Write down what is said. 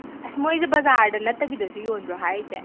ꯑꯁ ꯃꯣꯏꯁꯦ ꯕꯖꯥꯔꯗ ꯅꯠꯇꯕꯤꯗꯁꯨ ꯌꯣꯟꯕ꯭ꯔꯣ ꯍꯥꯏꯁꯦ